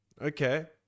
okay